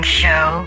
show